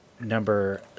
number